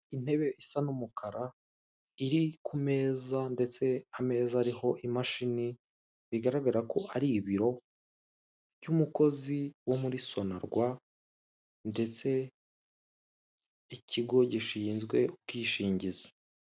Intebe iza n'umukara iri ku meza ndetse ameza ariho imashini bigaragara ko ari ibiro by'umukozi wo muri sonarwa ndetse ikigo gishinzwe ubwishingizi.